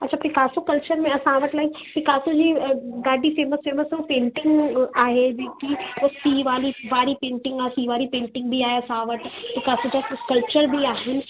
अछा Picasso sculpture में असां वटि लाइक पिकासो जी ॾाढी फ़ेमस फ़ेमसूं पेंटिंग आहे जेकी उहो सी वाली वारी पेंटिंग आहे सी वारी पेंटिंग बि आहे असां वटि ऐं काफ़ी त स्कल्पचर बि आहिनि